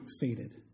faded